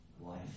life